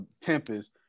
Tempest